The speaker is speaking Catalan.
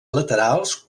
laterals